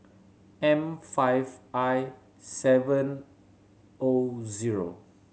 M five I seven O zero